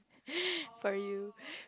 for you